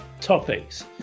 topics